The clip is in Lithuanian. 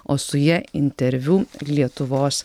o su ja interviu lietuvos